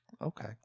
okay